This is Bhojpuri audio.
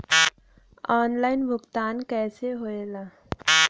ऑनलाइन भुगतान कैसे होए ला?